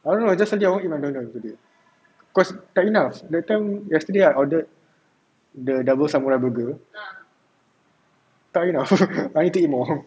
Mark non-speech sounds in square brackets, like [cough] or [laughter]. I don't know it just feel that I want to eat McDonald today cause tak enough time yesterday I ordered the double samurai burger tak enough I need to eat more [laughs]